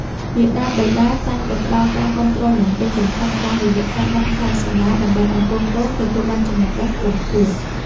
មាតាបិតាតែងតែផ្ដល់ការគាំទ្រយ៉ាងពេញទំហឹងតាមរយៈការបង់ថ្លៃសាលាដើម្បីឱ្យកូនៗទទួលបានចំណេះដឹងខ្ពង់ខ្ពស់។